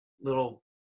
little